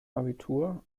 abitur